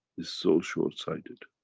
it's so short-sighted.